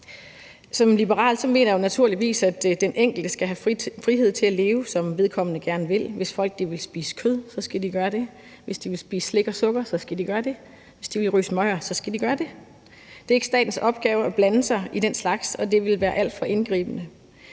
Som liberal mener jeg naturligvis, at den enkelte skal have frihed til at leve, som vedkommende gerne vil. Hvis folk vil spise kød, skal de gøre det. Hvis de vil spise slik og sukker, skal de gøre det. Hvis de vil ryge smøger, skal de gøre det. Det er ikke statens opgave at blande sig i den slags, og det ville være alt for indgribende.